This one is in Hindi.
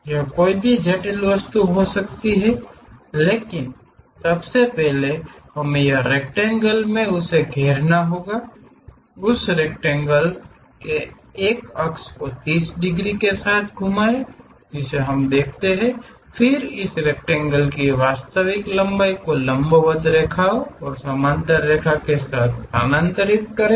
यह कोई भी जटिल वस्तु हो सकती है लेकिन सबसे पहले हमें यह एक रेक्टेंगल में उसे घेरना होगा उस रेक्टेंगल के एक अक्ष को 30 डिग्री के साथ घुमाएं जिसे दिखाना है फिर इस रेक्टेंगल की वास्तविक लंबाई को लंबवत रेखाओं और समानांतर रेखा के साथ स्थानांतरित करें